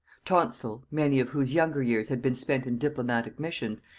tonstal, many of whose younger years had been spent in diplomatic missions,